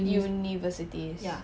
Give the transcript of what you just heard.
universities